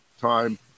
time